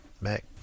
Mac